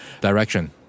direction